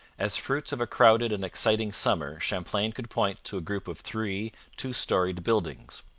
as fruits of a crowded and exciting summer champlain could point to a group of three two-storeyed buildings.